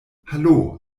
hallo